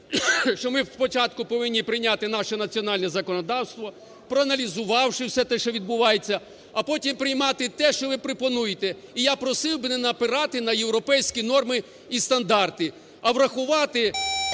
що ми спочатку повинні прийняти наше національне законодавство, проаналізувавши все те, що відбувається, а потім приймати те, що ви пропонуєте. І я просив би не напирати на європейські норми і стандарти. А врахувати,